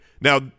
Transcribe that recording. Now